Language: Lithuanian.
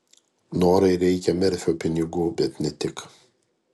norai reikia merfio pinigų bet ne tik